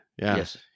Yes